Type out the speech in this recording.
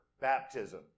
baptism